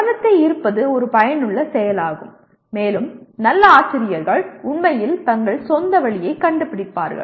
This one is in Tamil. கவனத்தை ஈர்ப்பது ஒரு பயனுள்ள செயலாகும் மேலும் நல்ல ஆசிரியர்கள் உண்மையில் தங்கள் சொந்த வழியைக் கண்டுபிடிப்பார்கள்